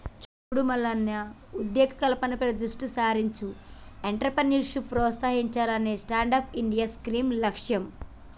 సూడు మల్లన్న ఉద్యోగ కల్పనపై దృష్టి సారించి ఎంట్రప్రేన్యూర్షిప్ ప్రోత్సహించాలనే స్టాండప్ ఇండియా స్కీం లక్ష్యం